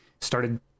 started